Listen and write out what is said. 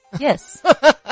Yes